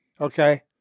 Okay